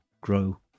grow